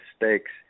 mistakes